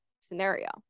scenario